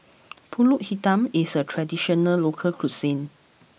Pulut Hitam is a traditional local cuisine